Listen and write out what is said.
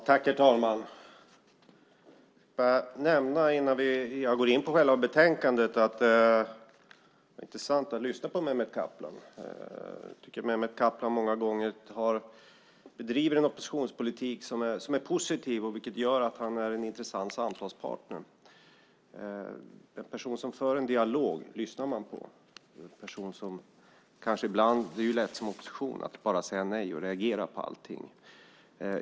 Herr talman! Innan jag går in på själva betänkandet vill jag bara nämna att det var intressant att lyssna på Mehmet Kaplan. Jag tycker att Mehmet Kaplan många gånger bedriver en oppositionspolitik som är positiv, vilket gör att han är en intressant samtalspartner. En person som för en dialog lyssnar man på - det är ju lätt som opposition att bara säga nej och reagera på allting.